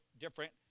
different